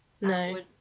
no